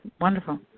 Wonderful